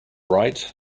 right